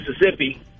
Mississippi